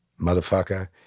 motherfucker